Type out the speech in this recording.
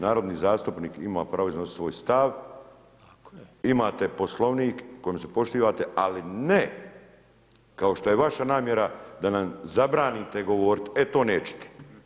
Narodni zastupnik ima iznositi svoj stav, imate poslvnik, kojim se poštivate, ali ne, kao što je vaša namjera da nam zabranite govoriti, e to nećete.